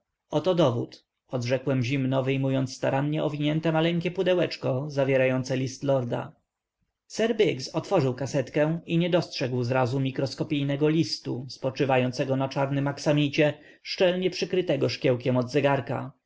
oto dowód odrzekłem zimno wyjmując starannie owinięte maleńkie pudełeczko zawierające list lorda sir biggs otworzył kasetkę i nie dostrzegł zrazu mikroskopowego listu spoczywającego na czarnym aksamicie szczelnie przykrytego szkiełkiem od zegarka